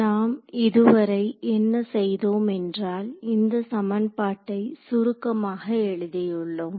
நாம் இதுவரை என்ன செய்தோம் என்றால் இந்த சமன்பாட்டை சுருக்கமாக எழுதியுள்ளோம்